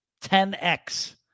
10x